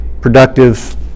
productive